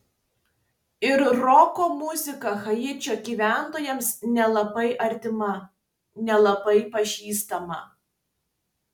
ir roko muzika haičio gyventojams nelabai artima nelabai pažįstama